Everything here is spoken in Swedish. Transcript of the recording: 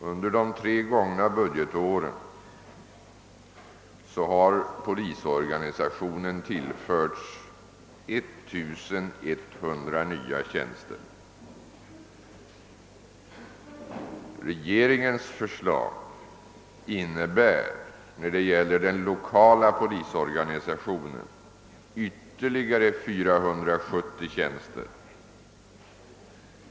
Under de tre gångna budgetåren har polisorganisationen tillförts 1100 nya tjänster. Regeringens förslag innebär när det gäller den lokala polisorganisationen ytterligare 470 tjänster.